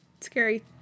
Scary